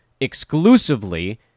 exclusively